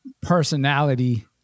personality